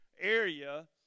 area